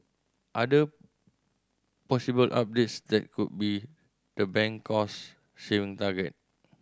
other possible updates that could be the bank cost saving target